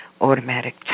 automatic